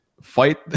fight